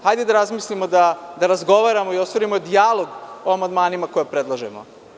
Hajde da razmislimo, da razgovaramo i ostvarimo dijalog o amandmanima koje predlažemo.